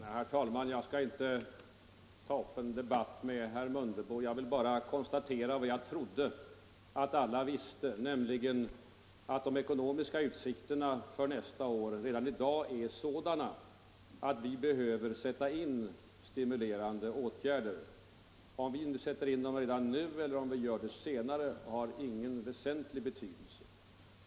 Herr talman! Jag skall inte ta upp en debatt med herr Mundebo. Jag vill bara konstatera vad jag trodde att alla visste, nämligen att de ekonomiska utsikterna för nästa år redan i dag kan bedömas vara sådana att vi behöver sätta in stimulerande åtgärder. Om vi tillgriper dem redan nu eller om vi gör det något senare har ingen betydelse för penningvärdeförsämringen.